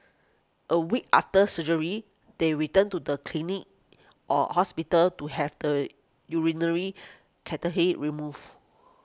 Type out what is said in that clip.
a week after surgery they return to the clinic or hospital to have the urinary cut he removed